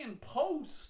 Post